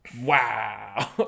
Wow